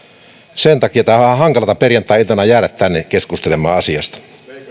sen takia on vähän hankalaa perjantai iltana jäädä tänne keskustelemaan asiasta